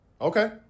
Okay